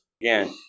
again